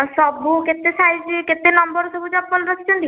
ଆଉ ସବୁ କେତେ ସାଇଜ୍ କେତେ ନମ୍ବର ଚପଲ ରଖିଛନ୍ତି